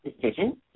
decision